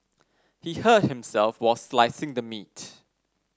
he hurt himself while slicing the meat